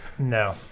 No